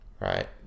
Right